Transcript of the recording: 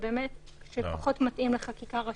וזה פחות מתאים לחקיקה ראשית.